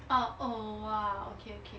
ah oh !wah! okay okay